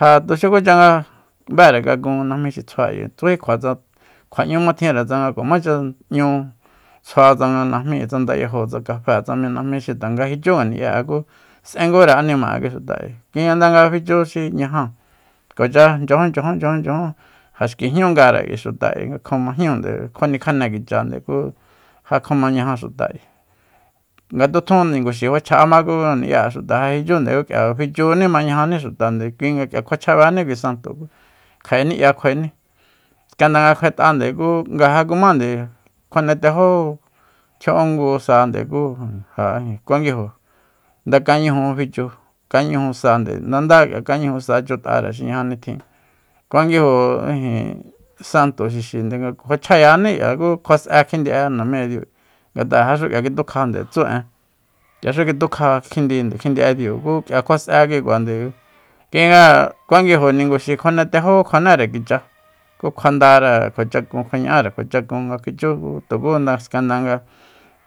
Ja tuxucha nga bere kakun najmi xi tsjua ayi tsúji kjua tsa kjua'ñúma tjinre tsanga kuamácha 'ñu tsjua tsanga najmíre tsa ndayajo tsanga kafée tsa mi najmi xi tanga jichú ngani'ya'e ku s'ngure anima'e kui xuta ayi kuinga ndanga fichu xi ñaja kuacha nchyajun nchyajun nchyajun ja xki jñu ngare kui xuta nga kjomajñúunde kjua nikjane kicha nde ja kjoma ñaja xuta nga tjutjun ninguxi fachja'ama ku ngani'ya'e xuta ja jichunde ku k'ia fichuni mañajani xutande kuinga k'ia kjuachabení kui santo kja'e ni'ya kjuaeni skanda nga kjue'tande ku nga ja kumande kjuane tejó tjia'ungusande ku ja ijin kuanguijo nda kañuju fichu kañuju sande ndanda k'ia kañiju sa chut'are xi ñaja nitjin kuanguijo ijin santo xixinde fachjayani k'ia ku kjua s'e kjindi'e namíña diu ngat'a ja xu k'ia kitukjande tsu en k'iaxu kitukja kjindinde kjindi'e diu ku k'ia kjua s'e kikuande kjuinga kuanguijo ninguxi kjuane tejó kjuanére kicha kjuandare kjuachakun kjuaña'are kjua chakun nga kjuichú ku tuku skanda nga